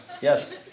Yes